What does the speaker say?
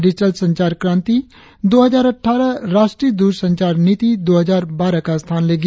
digital संचार नीति दो हजार अट़ठारह राष्ट्रीय द्ररसंचार नीति दो हजार बारह का स्थान लेगी